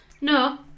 no